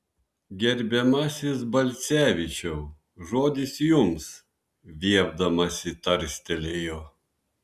gerbiamasis balcevičiau žodis jums viepdamasi tarstelėjo